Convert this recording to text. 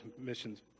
Missions